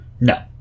No